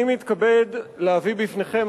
אני מתכבד להביא בפניכם,